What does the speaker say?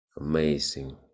Amazing